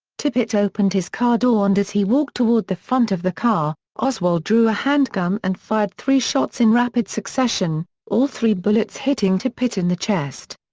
tippit opened his car door and as he walked toward the front of the car, oswald drew a handgun and fired three shots in rapid succession, all three bullets hitting tippit in the chest.